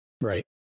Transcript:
right